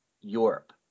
europe